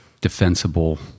defensible